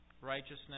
righteousness